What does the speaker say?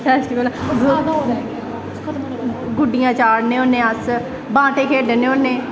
festival गुड्डियां चाढ़ने होन्ने ब्हांटे खेढने होन्ने